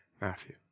Matthew